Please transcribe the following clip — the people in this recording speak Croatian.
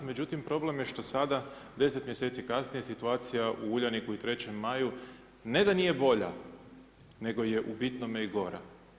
Međutim, problem je što sada 10 mjeseci kasnije situacija u Uljaniku i 3. Maju ne da nije bolja nego je u bitnome i gora.